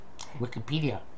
Wikipedia